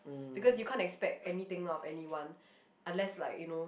because you can't expect anything out of anyone unless like you know